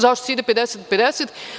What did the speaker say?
Zašto se ide 50-50?